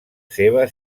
seva